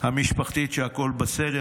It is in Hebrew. המשפחתית שהכול בסדר.